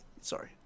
sorry